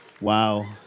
Wow